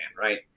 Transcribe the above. right